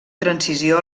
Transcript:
transició